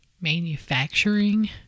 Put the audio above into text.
manufacturing